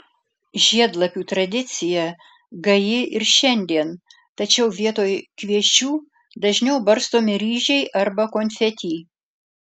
žiedlapių tradicija gaji ir šiandien tačiau vietoj kviečių dažniau barstomi ryžiai arba konfeti